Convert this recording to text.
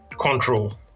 Control